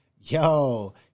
Yo